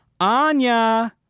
Anya